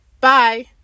Bye